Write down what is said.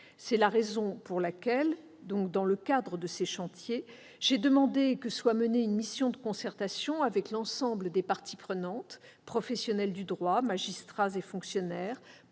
C'est la raison pour laquelle j'ai demandé que soit menée une mission de concertation avec l'ensemble des parties prenantes - professionnels du droit, magistrats, fonctionnaires,